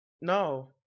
no